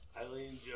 Eileen